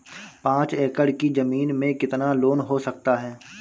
पाँच एकड़ की ज़मीन में कितना लोन हो सकता है?